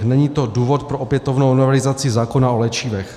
Není to důvod pro opětovnou novelizaci zákona o léčivech.